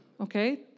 okay